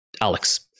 Alex